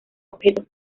objetos